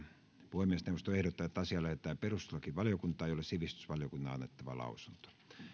puhemiesneuvosto ehdottaa että asia lähetetään perustuslakivaliokuntaan jolle sivistysvaliokunnan on annettava lausunto